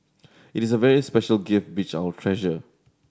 it is a very special gift which I will treasure